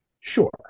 Sure